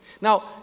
Now